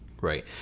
right